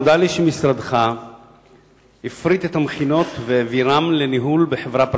נודע לי שמשרדך הפריט את המכינות והעבירן לניהול בחברה פרטית.